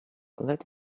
let